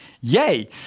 yay